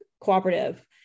cooperative